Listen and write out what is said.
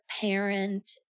parent